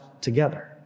together